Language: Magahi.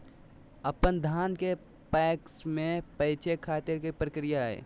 अपन धान के पैक्स मैं बेचे खातिर की प्रक्रिया हय?